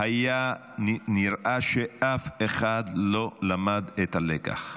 ונראה שאף אחד לא למד את הלקח.